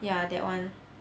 ya that one